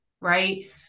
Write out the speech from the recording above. Right